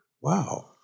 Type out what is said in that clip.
Wow